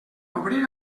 obrir